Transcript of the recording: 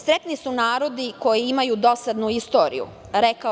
Sretni su narodi koji imaju dosadnu istoriju“, rekao